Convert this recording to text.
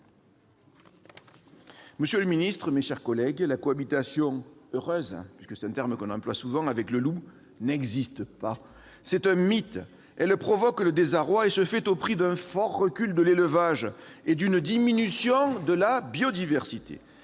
Monsieur le ministre, mes chers collègues, la cohabitation « heureuse »- puisque c'est un terme qu'on emploie souvent ! -avec le loup n'existe pas, c'est un mythe ! Elle provoque le désarroi et se fait au prix d'un fort recul de l'élevage et d'une diminution de la biodiversité.